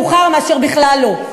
תראה, עדיף להיזכר מאוחר מאשר בכלל לא.